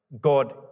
God